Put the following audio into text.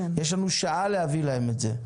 יש לנו שעה להביא להם את זה.